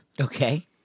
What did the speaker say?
Okay